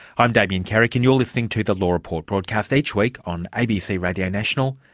i'm damien carrick and you're listening to the law report broadcast each week on abc radio national,